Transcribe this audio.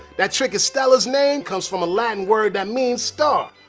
that trick estella's name comes from a latin word that means star,